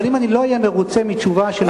אבל אם אני לא אהיה מרוצה מתשובה של,